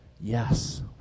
yes